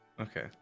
okay